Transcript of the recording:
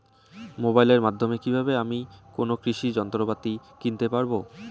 মোবাইলের মাধ্যমে কীভাবে আমি কোনো কৃষি যন্ত্রপাতি কিনতে পারবো?